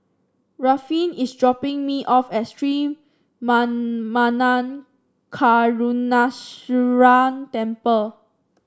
Ruffin is dropping me off at Sri Manmatha Karuneshvarar Temple